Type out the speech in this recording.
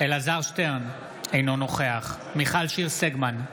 אלעזר שטרן, אינו נוכח מיכל שיר סגמן,